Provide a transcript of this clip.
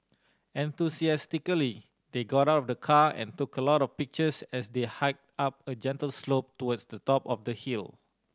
enthusiastically they got out of the car and took a lot of pictures as they hiked up a gentle slope towards the top of the hill